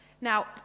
Now